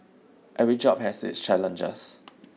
every job has its challenges